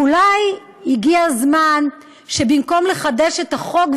ואולי הגיע הזמן שבמקום לחדש את החוק,